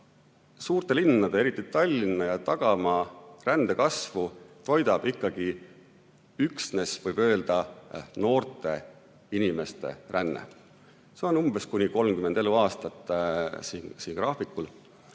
Suurte linnade, eriti Tallinna ja tagamaa rändekasvu toidab ikkagi üksnes, võib öelda, noorte inimeste ränne. See on umbes kuni 30 eluaastat siin graafikul.